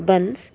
buns